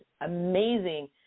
amazing